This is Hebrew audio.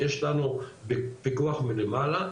יש לנו פיקוח מלמעלה,